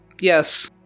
Yes